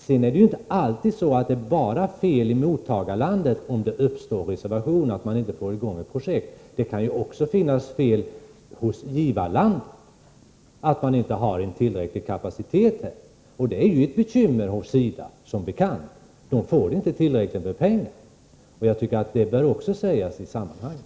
Sedan beror det aldrig enbart på fel i mottagarländerna att det uppstår reservationer, därför att man inte får i gång ett projekt. Det kan också finnas fel hos givarlandet — att vi inte här har tillräcklig kapacitet. Detta är som bekant ett bekymmer hos SIDA, som inte får tillräckligt med pengar. — Jag anser att det också bör sägas i sammanhanget.